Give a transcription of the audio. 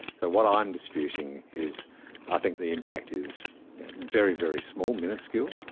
so what i'm disputing is i think the impact is very, very small, miniscule.